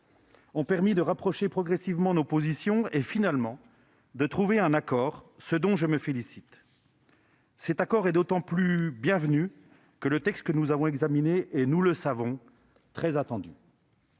ont permis de rapprocher progressivement nos positions et, finalement, de trouver un accord, ce dont je me félicite. Cet accord est d'autant plus bienvenu que le texte que nous avons examiné est, nous le savons, très attendu.